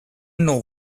know